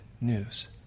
news